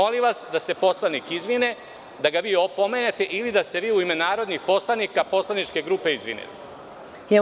Molim vas da se poslanik izvine, da ga vi opomenete ili da se vi u ime narodnih poslanika poslaničke grupe izvinite.